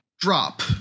Drop